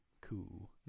cool